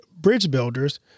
BRIDGEBUILDERS